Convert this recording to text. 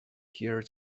hear